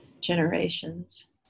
generations